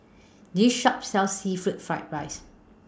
This Shop sells Seafood Fried Rice